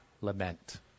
Lament